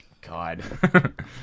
God